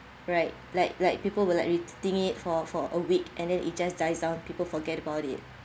right like like people will like repeating it for for a week and then it just dies down people forget about it